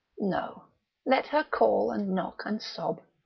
no let her call and knock and sob.